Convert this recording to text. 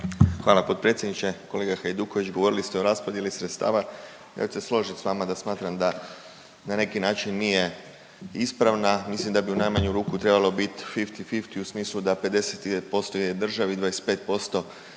Hvala potpredsjedniče. Kolega Hajduković govorili ste o raspodjeli sredstava. Ja ću se složit s vama da smatram da na neki način nije ispravna, mislim da bi u najmanju ruku trebalo bit fifti-fifti u smislu da 50 ide % ide državi,